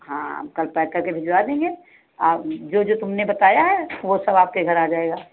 हाँ हम कल पैक करके भिजवा देंगे और जो जो तुमने बताया है वह सब आपके घर आ जाएगा